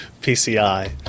PCI